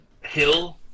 Hill